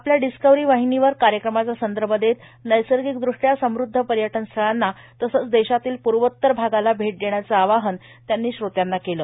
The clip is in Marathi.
आपल्या डिस्कवरी वाहिनीवर कार्यक्रमाचा संदर्भ देत नैसर्गिकदृष्ट्या संमध्द पर्यटन स्थळांना तसंच देशातील पूर्वतर भागाला भेट देण्याचं आवाहन त्यांनी श्रोत्यांना केलं